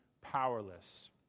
powerless